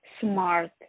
smart